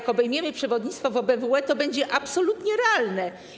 Gdy obejmiemy przewodnictwo w OBWE, to będzie absolutnie realne.